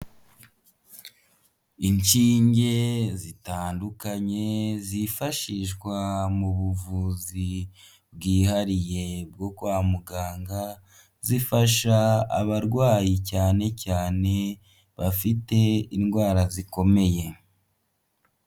Inshinge zitandukanye zifashishwa mu buvuzi bwihariye bwo kwa muganga, zifasha abarwayi cyane cyane bafite indwara zikomeye.